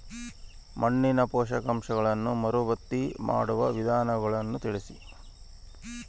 ಮಣ್ಣಿನ ಪೋಷಕಾಂಶಗಳನ್ನು ಮರುಭರ್ತಿ ಮಾಡುವ ವಿಧಾನಗಳನ್ನು ತಿಳಿಸಿ?